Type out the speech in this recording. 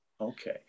Okay